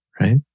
right